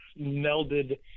Melded